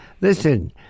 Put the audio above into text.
listen